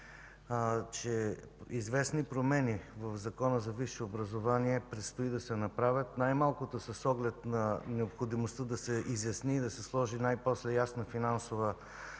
че известни промени в Закона за висшето образование предстои да се направят, най-малкото с оглед на необходимостта да се изясни и да се сложи най-после ясна финансова